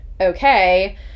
okay